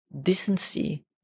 decency